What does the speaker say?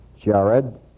Jared